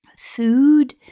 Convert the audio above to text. food